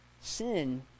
Sin